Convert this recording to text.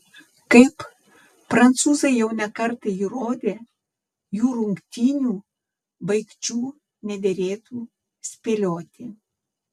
kaip prancūzai jau ne kartą įrodė jų rungtynių baigčių nederėtų spėlioti